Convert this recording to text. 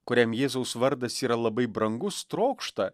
kuriam jėzaus vardas yra labai brangus trokšta